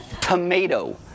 Tomato